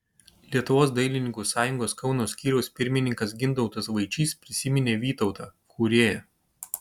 lietuvos dailininkų sąjungos kauno skyriaus pirmininkas gintautas vaičys prisiminė vytautą kūrėją